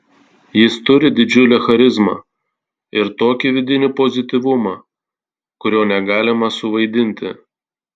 jis turi didžiulę charizmą ir tokį vidinį pozityvumą kurio negalima suvaidinti